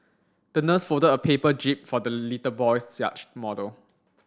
the nurse folded a paper jib for the little boy's yacht model